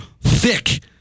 thick